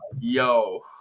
Yo